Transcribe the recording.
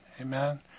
Amen